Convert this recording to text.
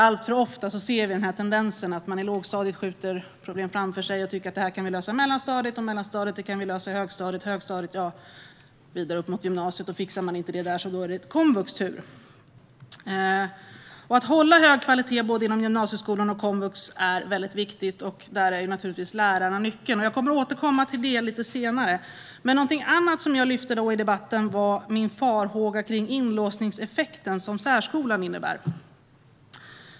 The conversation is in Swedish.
Alltför ofta ser vi tendensen att man i lågstadiet skjuter problemen framför sig och tycker att de kan lösas i mellanstadiet. I mellanstadiet säger man att problemen kan lösas i högstadiet och så vidare till gymnasiet, och fixar man det inte där står komvux på tur. Att hålla hög kvalitet både inom gymnasieskolan och i komvux är väldigt viktigt, och där är naturligtvis lärarna nyckeln. Jag återkommer till det lite senare. Någonting annat som jag lyfte fram i debatten var min farhåga för den inlåsningseffekt som särskolan innebär.